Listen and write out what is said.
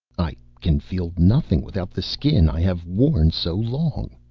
i can feel nothing without the skin i have worn so long.